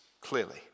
clearly